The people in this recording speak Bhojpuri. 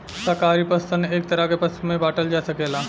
शाकाहारी पशु सन के एक तरह के पशु में बाँटल जा सकेला